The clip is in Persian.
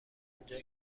اونجا